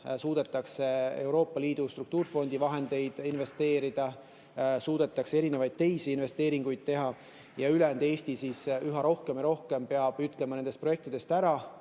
suudetakse Euroopa Liidu struktuurfondide vahendeid investeerida, suudetakse muid investeeringuid teha, aga ülejäänud Eesti peab üha rohkem ja rohkem ütlema nendest projektidest ära,